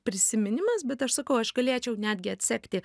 prisiminimas bet aš sakau aš galėčiau netgi atsekti